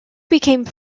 became